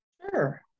Sure